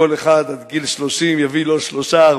וכל אחד עד גיל 30 יביא לו שלושה,